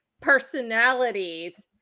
personalities